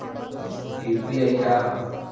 UPI का ह?